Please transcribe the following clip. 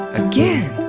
again.